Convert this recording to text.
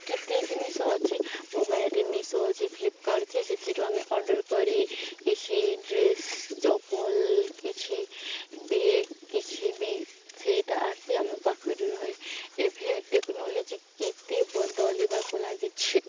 କିତେ ଜିନିଷ ଅଛି ମୋବାଇଲ୍ରେ ମିଶୋ ଅଛି ଫ୍ଲିପକାର୍ଟ ଅଛି ସେଥିରୁ ଆମେ ଅର୍ଡ଼ର୍ କରି କିଛି ଡ୍ରେସ୍ ଚପଲ କିଛି ବ୍ୟାଗ କିଛି ବି ସେଇଟା ଆସି ଆମ ପାଖରେ ରହେ ଏବେ ଟେକ୍ନୋଲୋଜି କେତେ ବଦଳିବାକୁ ଲାଗିଛି